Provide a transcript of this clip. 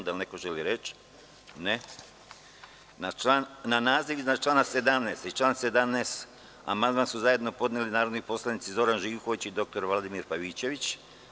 Da li neko želi reč? (Ne) Na naziv iznad člana 17. i član 17. amandman su zajedno podneli narodni poslanici Zoran Živković i dr Vladimir Pavićević.